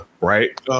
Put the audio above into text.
right